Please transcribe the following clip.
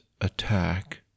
attack